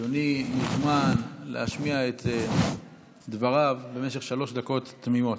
אדוני מוזמן להשמיע את דבריו במשך שלוש דקות תמימות.